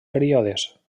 períodes